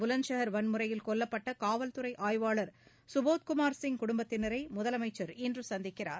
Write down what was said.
புலந்த் சாகர் வன்முறையில் கொல்லப்பட்ட காவல்துறை ஆய்வாளர் சுபோத் குமார் சிங் குடும்பத்தினரை முதலமைச்சர் இன்று சந்திக்கிறார்